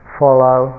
follow